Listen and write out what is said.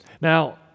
Now